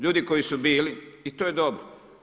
Ljudi koji su bili i to je dobro.